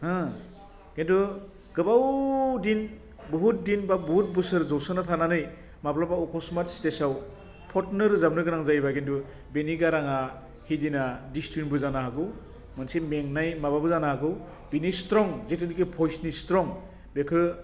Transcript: होह खिन्थु गोबाव दिन बहुत दिन बा बहुत बोसोर जसोना थानानै माब्लाबा अकसमात स्टेजआव फथनो रोजाबनो गोनां जायोबा खिन्थु बिनि गाराङा हैदिना डिसटिउनबो जानो हागौ मोनसे मेंनाय माबाबो जानो हागौ बिनि स्ट्रं जिथुनाखि भयसनि स्ट्रं बेखौ